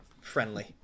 friendly